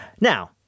Now